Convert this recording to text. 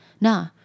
nah